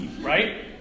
right